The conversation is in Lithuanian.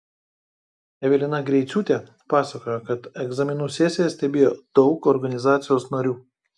evelina greiciūtė pasakojo kad egzaminų sesiją stebėjo daug organizacijos narių